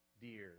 dear